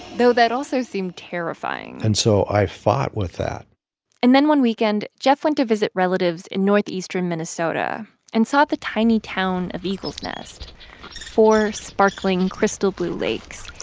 though that also seemed terrifying and so i fought with that and then one weekend, jeff went to visit relatives in northeastern minnesota and saw the tiny town of eagles nest four sparkling, crystal-blue lakes,